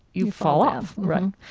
you fall off. right?